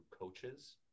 Coaches